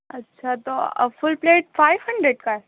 اچھا تو full plate five hundred کا ہے